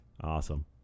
Awesome